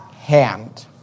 hand